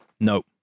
no